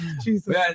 Jesus